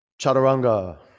chaturanga